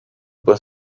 was